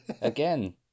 Again